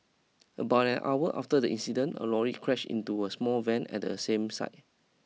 about an hour after the incident a lorry crashed into a small van at the same site